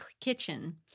kitchen